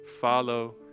Follow